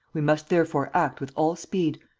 we must therefore act with all speed.